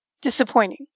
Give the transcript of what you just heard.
Disappointing